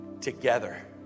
together